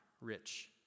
rich